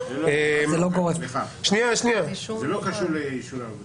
זה לא קשור לאישורי עבודה.